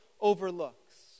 overlooks